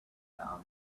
down